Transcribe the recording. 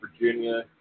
Virginia